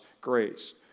grace